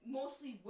mostly